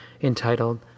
entitled